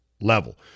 level